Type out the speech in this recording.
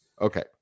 Okay